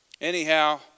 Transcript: Anyhow